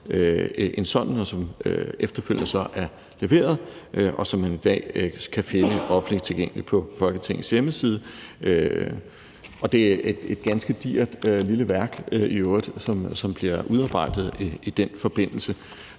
en sådan, som så efterfølgende er blevet leveret, og som man i dag kan finde offentligt tilgængeligt på Folketingets hjemmeside, og det er i øvrigt et ganske digert lille værk, som bliver udarbejdet i den forbindelse.